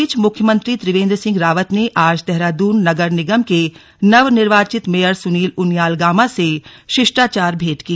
इस बीच मुख्यमंत्री त्रिवेन्द्र सिंह रावत ने आज देहरादून नगर निगम के नवनिर्वाचित मेयर सुनील उनियाल गामा ने शिष्टाचार भेंट की